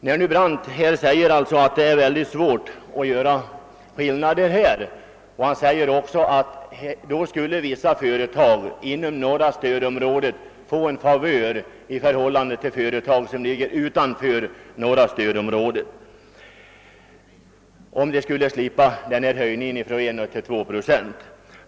Herr Brandt sade att det var svårt att göra sådana skillnader och att vissa företag inom norra stödområdet skulle få en favör i förhållande till företag utanför norra stödområdet, om de sluppe höjningen från 1 till 2 procent.